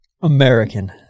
American